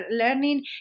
learning